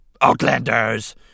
Outlanders